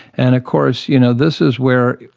and of course you know this is where,